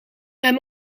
hem